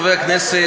חברי הכנסת,